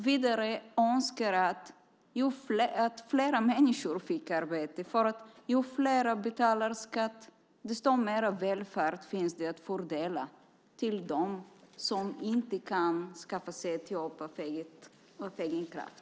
Vidare önskar jag att fler människor fick arbete, för ju fler som betalar skatt desto mer av välfärd finns det att fördela till dem som inte kan skaffa sig ett jobb av egen kraft.